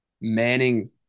Manning